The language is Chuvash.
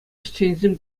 ӗҫченӗсем